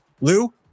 Lou